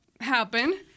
happen